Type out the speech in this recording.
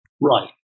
right